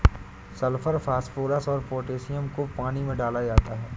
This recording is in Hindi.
सल्फर फास्फोरस और पोटैशियम को पानी में डाला जाता है